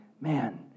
man